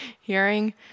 hearing